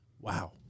wow